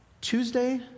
Tuesday